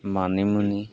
মানিমুনি